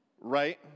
right